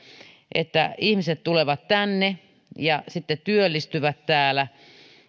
että ihmiset tulevat tänne ja sitten työllistyvät täällä